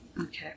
Okay